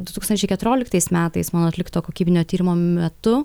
du tūkstančiai keturioliktais metais mano atlikto kokybinio tyrimo metu